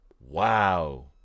wow